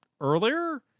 earlier